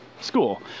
school